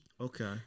Okay